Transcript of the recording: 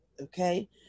okay